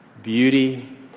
beauty